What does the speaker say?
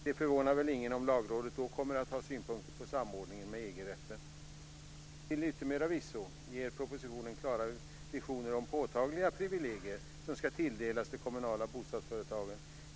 Det förvånar väl ingen om Lagrådet då kommer att ha synpunkter på samordningen med EG Till yttermera visso ger propositionen klara visioner om påtagliga privilegier som ska tilldelas de kommunala bostadsföretagen.